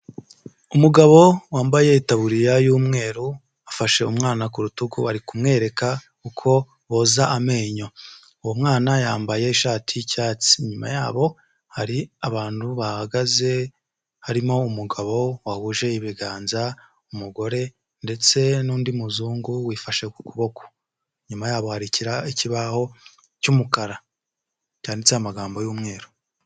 Umugabo wambaye itaburiya y'umweru afashe umwana ku rutugu ari kumwereka uko boza amenyo, uwo mwana yambaye ishati y'icyatsi inyuma yabo hari abantu bahagaze harimo umugabo wahuje ibiganza umugore ndetse n'undi muzungu wifashe ku kuboko inyuma yabo hari ikibaho cy'umukara cyanditseho amagambo y'umweru.